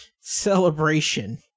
celebration